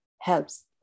helps